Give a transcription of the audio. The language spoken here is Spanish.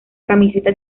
camiseta